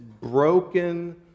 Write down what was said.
broken